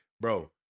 Bro